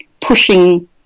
pushing